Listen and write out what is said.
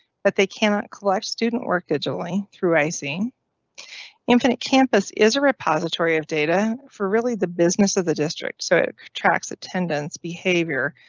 but they cannot collect student work digitally through icy infinite. campus is a repository of data for really the business of the district, so it tracks attendance behavior,